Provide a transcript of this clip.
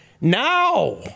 Now